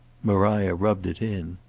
maria rubbed it in.